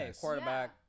Quarterback